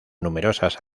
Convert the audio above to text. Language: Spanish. numerosas